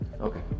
okay